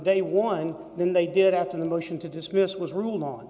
day one than they did after the motion to dismiss was ruled on